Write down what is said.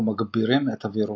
ומגבירים את עבירותו.